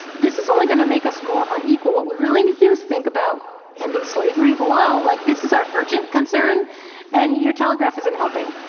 this is only gonna make us more unequal. what we really need to do is think about ending slavery, hello, like this is our urgent concern and your telegraph isn't helping.